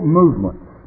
movements